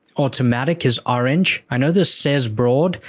automatic is orange. i know this says broad,